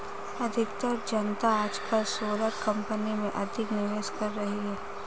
अधिकतर जनता आजकल सोलर कंपनी में अधिक निवेश कर रही है